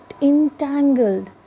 entangled